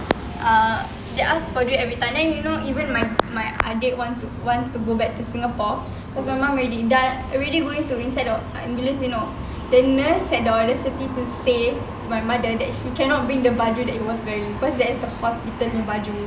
uh they ask for duit everytime then you know even my my adik want to wants to go back to singapore cause my mum already dah already going to inside ambulance you know the nurse have the audacity to say my mother that he cannot bring the baju that he was wearing cause that is hospital punya baju